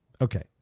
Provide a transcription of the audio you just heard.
Okay